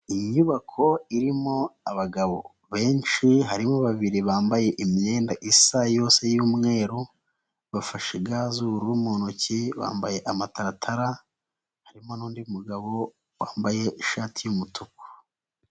Iyi nyubako irimo abagabo benshi, harimo babiri bambaye imyenda isa yose y'umweru, bafashe ga z'ubururu mu ntoki, bambaye amataratara, harimo n'undi mugabo wambaye ishati y'umutuku.